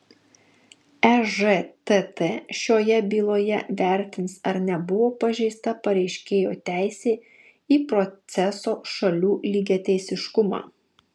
ežtt šioje byloje vertins ar nebuvo pažeista pareiškėjo teisė į proceso šalių lygiateisiškumą